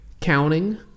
counting